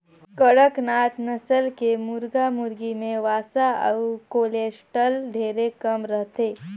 कड़कनाथ नसल के मुरगा मुरगी में वसा अउ कोलेस्टाल ढेरे कम रहथे